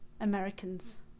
Americans